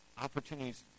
opportunities